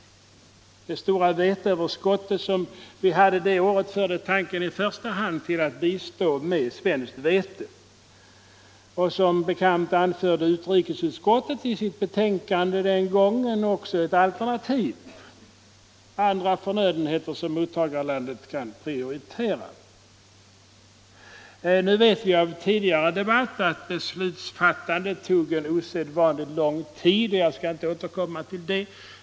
Det stora veteöverskott vi då hade förde i första hand tanken till att bistå med svenskt vete. Som bekant föreslog utrikesutskottet i sitt betänkande den gången också ett alternativ, nämligen andra förnödenheter som mottagarlandet kunde komma att prioritera. Vi vet av en tidigare debatt att beslutsfattandet tog en osedvanligt — Nr 113 lång tid, och jag skall inte nu gå in på detta.